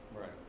Right